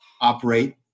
operate